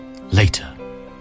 later